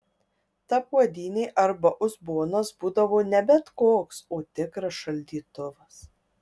ta puodynė arba uzbonas būdavo ne bet koks o tikras šaldytuvas